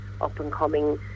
up-and-coming